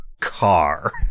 car